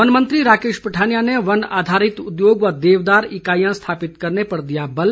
one मंत्री राकेश पठानिया ने वन आधारित उद्योग व देवदार इकाईयां स्थापित करने पर दिया बल